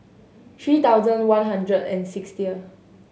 three thousand one hundred and sixty